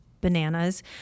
bananas